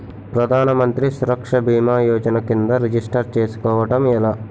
ప్రధాన మంత్రి సురక్ష భీమా యోజన కిందా రిజిస్టర్ చేసుకోవటం ఎలా?